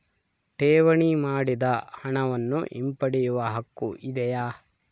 ಠೇವಣಿ ಮಾಡಿದ ಹಣವನ್ನು ಹಿಂಪಡೆಯವ ಹಕ್ಕು ಇದೆಯಾ?